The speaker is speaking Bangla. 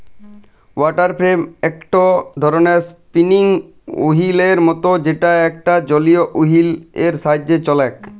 ওয়াটার ফ্রেম একটো ধরণের স্পিনিং ওহীলের মত যেটা একটা জলীয় ওহীল এর সাহায্যে চলেক